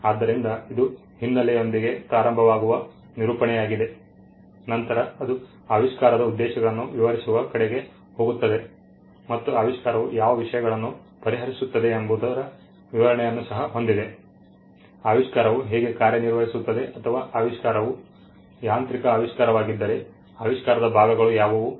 ಆದ್ದರಿಂದ ಇದು ಹಿನ್ನೆಲೆಲೆಯೊಂದಿಗೆ ಪ್ರಾರಂಭವಾಗುವ ನಿರೂಪಣೆಯಾಗಿದೆ ನಂತರ ಅದು ಆವಿಷ್ಕಾರದ ಉದ್ದೇಶಗಳನ್ನು ವಿವರಿಸುವ ಕಡೆಗೆ ಹೋಗುತ್ತದೆ ಮತ್ತು ಆವಿಷ್ಕಾರವು ಯಾವ ವಿಷಯಗಳನ್ನು ಪರಿಹರಿಸುತ್ತದೆ ಎಂಬುದರ ವಿವರಣೆಯನ್ನು ಸಹ ಹೊಂದಿದೆ ಆವಿಷ್ಕಾರವು ಹೇಗೆ ಕಾರ್ಯನಿರ್ವಹಿಸುತ್ತದೆ ಅಥವಾ ಆವಿಷ್ಕಾರವು ಯಾಂತ್ರಿಕ ಆವಿಷ್ಕಾರವಾಗಿದ್ದರೆ ಆವಿಷ್ಕಾರದ ಭಾಗಗಳು ಯಾವುವು